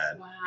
Wow